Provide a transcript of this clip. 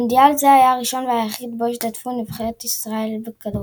מונדיאל זה היה הראשון והיחיד בו השתתפה נבחרת ישראל בכדורגל.